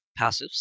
passives